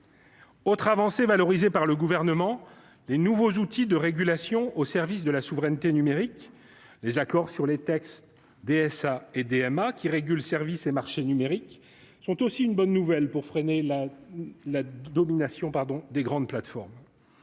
Autre avancée valorisé par le gouvernement, les nouveaux outils de régulation au service de la souveraineté numérique les accords sur les textes DSA et DMA qui régule Services et marchés numériques sont aussi une bonne nouvelle pour freiner la la domination pardon des grandes plateformes